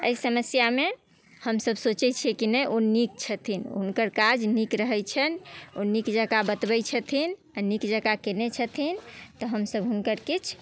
एहि समस्यामे हमसब सोचै छिए कि नहि ओ नीक छथिन हुनकर काज नीक रहै छनि ओ नीक जकाँ बतबै छथिन आओर नीक जकाँ केने छथिन तऽ हमसब हुनकर किछु